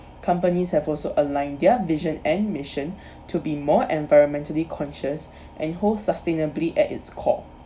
companies have also align their vision and mission to be more environmentally conscious and holds sustainably at its core